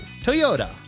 Toyota